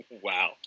Wow